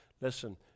listen